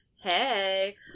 Hey